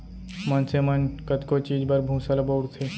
मनसे मन कतको चीज बर भूसा ल बउरथे